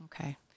Okay